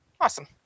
awesome